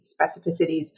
specificities